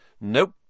Nope